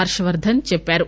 హర్షవర్థన్ చెప్పారు